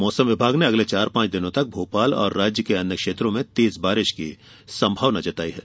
मौसम विभाग ने अगले चार पांच दिनों तक भोपाल और राज्य के अन्य क्षेत्रों में तेज बारिश की संभावना जताई है